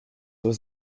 was